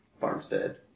farmstead